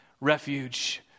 refuge